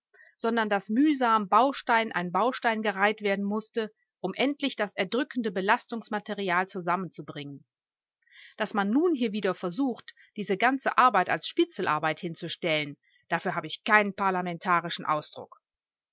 sondern daß mühsam baustein an baustein gereiht werden mußte um endlich das erdrückende belastungs material zusammenzubringen daß man nun hier wieder versucht diese ganze arbeit als spitzelarbeit hinzustellen dafür habe ich keinen parlamentarischen ausdruck